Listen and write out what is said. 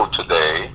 today